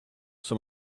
some